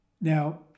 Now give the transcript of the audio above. now